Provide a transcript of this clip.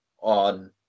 on